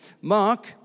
Mark